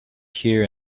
here